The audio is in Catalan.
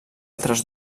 altres